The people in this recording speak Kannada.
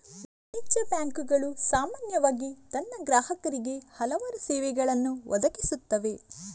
ವಾಣಿಜ್ಯ ಬ್ಯಾಂಕುಗಳು ಸಾಮಾನ್ಯವಾಗಿ ತನ್ನ ಗ್ರಾಹಕರಿಗೆ ಹಲವಾರು ಸೇವೆಗಳನ್ನು ಒದಗಿಸುತ್ತವೆ